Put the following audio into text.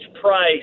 price